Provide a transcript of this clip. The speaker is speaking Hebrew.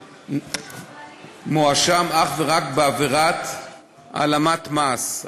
מואשם אך ורק בעבירת העלמת מס.